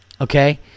okay